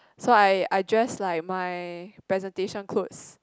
so I I dress like my presentation clothes